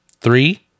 Three